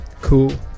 Cool